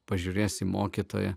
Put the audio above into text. pažiūrės į mokytoją